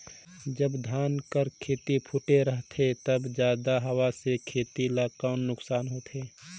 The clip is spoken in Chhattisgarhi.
जब धान कर खेती फुटथे रहथे तब जादा हवा से खेती ला कौन नुकसान होथे?